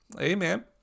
amen